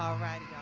um right